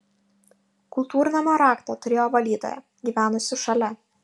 kultūrnamio raktą turėjo valytoja gyvenusi šalia